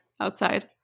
outside